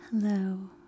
Hello